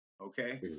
Okay